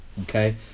Okay